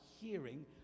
hearing